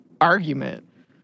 argument